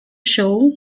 show